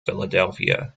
philadelphia